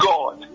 God